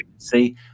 see